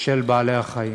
של בעלי-החיים.